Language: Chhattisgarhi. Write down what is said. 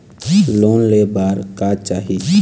लोन ले बार का चाही?